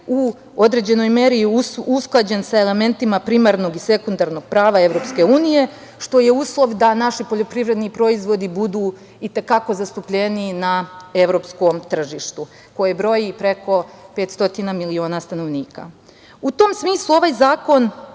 u određenoj meri usklađen sa elementima primarnog i sekundarnog prava Evropske unije, što je uslov da naši poljoprivredni proizvodi budu i te kako zastupljeniji na evropskom tržištu koje broji preko 500 miliona stanovnika.U tom smislu, ovaj zakon